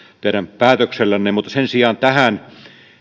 teidän päätöksellänne mutta sen sijaan tähän